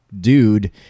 dude